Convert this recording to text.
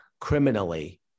criminally